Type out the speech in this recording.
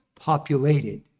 populated